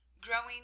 growing